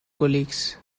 colleagues